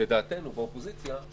לדעתנו באופוזיציה,